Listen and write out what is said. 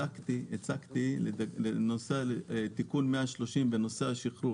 הצגתי לגבי תיקון 130 בנושא השכרות.